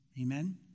Amen